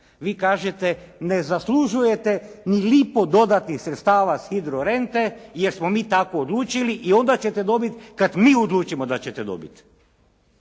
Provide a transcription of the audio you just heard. Vi kažete, ne zaslužujete ni lipu dodatnih sredstava s hidrorente jer smo mi tako odlučili i onda ćete dobiti kada mi odlučimo da ćete dobiti.